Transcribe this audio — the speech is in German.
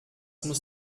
muss